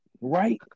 right